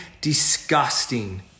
disgusting